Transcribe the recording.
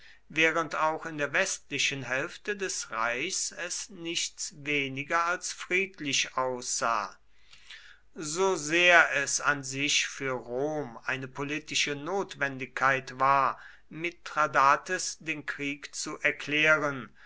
während auch in der westlichen hälfte des reichs es nichts weniger als friedlich aussah so sehr es an sich für rom eine politische notwendigkeit war mithradates den krieg zu erklären